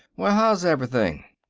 well, how's everything?